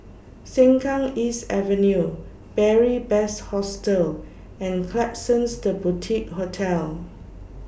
Sengkang East Avenue Beary Best Hostel and Klapsons The Boutique Hotel